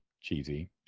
cheesy